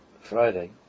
Friday